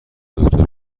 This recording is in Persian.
دکتر